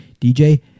DJ